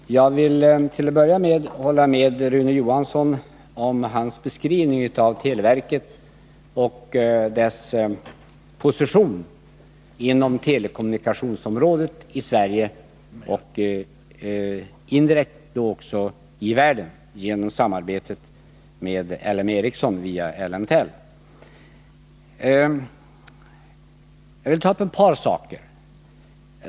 Herr talman! Jag vill till att börja med instämma i Rune Johanssons beskrivning av televerket och dess position inom telekommunikationsområdet i Sverige och indirekt också i världen genom samarbetet med LM Ericsson via Ellemtel. Jag vill bara ta upp ett par saker.